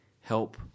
help